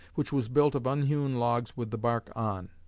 which was built of unhewn logs with the bark on.